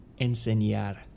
enseñar